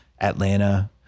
Atlanta